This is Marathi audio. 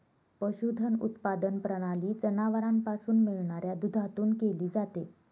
पशुधन उत्पादन प्रणाली जनावरांपासून मिळणाऱ्या दुधातून केली जाते